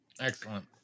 Excellent